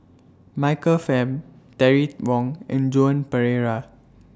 Michael Fam Terry Wong and Joan Pereira